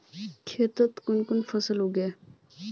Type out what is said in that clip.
खेतीत कुन कुन फसल उगेई?